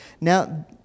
Now